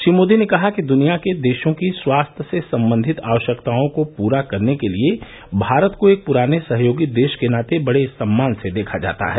श्री मोदी ने कहा कि दुनिया के देशों की स्वास्थ्य से संबंधित आवश्यकताओं को पूरा करने के लिए भारत को एक पूराने सहयोगी देश के नाते बडे सम्मान से देखा जाता है